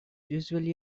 usually